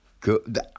good